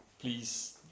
please